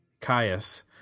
Caius